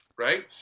right